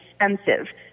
expensive